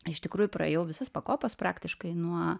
iš tikrųjų praėjau visas pakopas praktiškai nuo